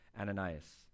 Ananias